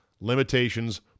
limitations